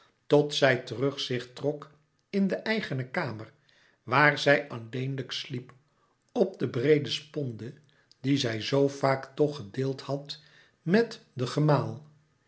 tot zij terug zich trok in de eigene kamer waar zij alleenlijk sliep op de breede sponde die zij zoo vaak toch gedeeld had met den